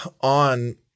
on